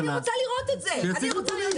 אני רוצה להעביר פה חוק,